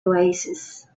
oasis